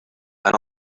and